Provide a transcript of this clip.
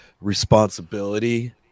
responsibility